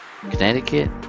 Connecticut